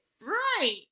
right